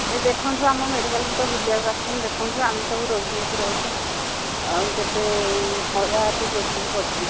ଏଇ ଦେଖନ୍ତୁ ଆମ ମେଡିକାଲ୍କୁ ତ ବୁଲିବାକୁ ଆସିଛନ୍ତି ଦେଖନ୍ତୁ ଆମେସବୁ ରୋଗୀ ଏଠି ରହିଛୁ ଆଉ କେତେ ମଇଳା ହେଇ ବେଡସିଟ୍ ପଡ଼ିଛି